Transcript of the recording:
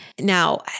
Now